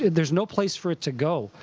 there's no place for it to go.